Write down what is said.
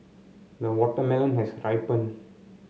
the watermelon has ripened